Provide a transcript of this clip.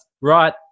right